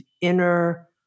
inner